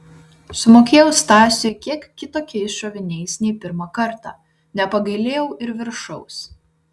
sumokėjau stasiui kiek kitokiais šoviniais nei pirmą kartą nepagailėjau ir viršaus